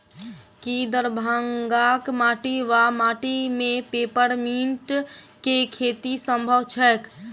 की दरभंगाक माटि वा माटि मे पेपर मिंट केँ खेती सम्भव छैक?